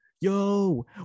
yo